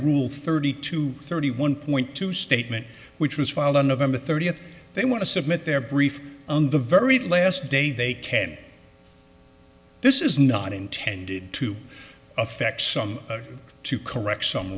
rule thirty two thirty one point two statement which was filed on november thirtieth they want to submit their briefs on the very last day they can this is not intended to affect some to correct some